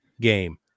game